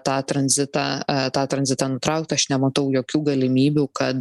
tą tranzitą tą tranzitą nutraukt aš nematau jokių galimybių kad